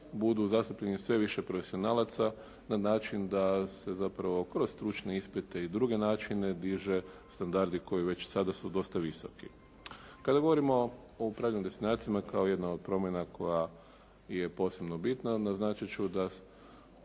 budu zastupljeni sve više profesionalaca na način da se zapravo kroz stručne ispite i druge način dižu standardi koji već sada su dosta visoki. Kada govorimo o upravljanju destinacijama kao jedna od promjena je posebno bitna naznačit ću da